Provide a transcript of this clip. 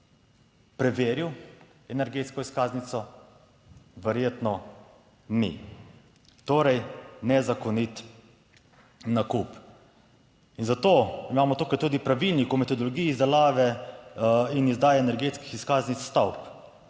preveril energetsko izkaznico? Verjetno ni. Torej nezakonit nakup. In zato imamo tukaj tudi pravilnik o metodologiji izdelave in izdaje energetskih izkaznic stavb.